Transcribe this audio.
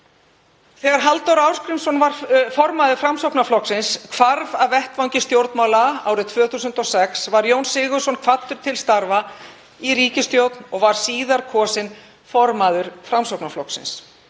Þegar Halldór Ásgrímsson formaður Framsóknarflokksins hvarf af vettvangi stjórnmála 2006 var Jón Sigurðsson kvaddur til starfa í ríkisstjórn og var síðar kosinn formaður Framsóknarflokksins.